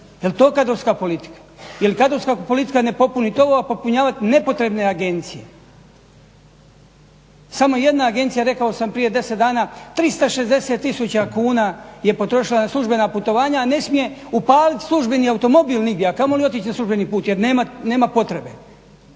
jel to kadrovska politika? Jel kadrovska politika ne popunit ovo, a popunjavati nepotrebne agencije? Samo jedna agencija, rekao sam prije 10 dana, 360 tisuća kuna je potrošila na službena putovanja, a ne smije upaliti službeni automobil nigdje, a kamoli otići na službeni put jer nema potrebe.